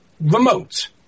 remote